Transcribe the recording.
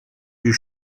you